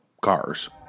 cars